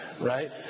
right